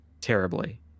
terribly